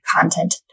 content